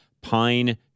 Pine